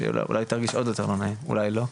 אולי היא תרגיש עוד יותר לא נעים אולי לא,